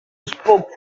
spoke